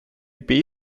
die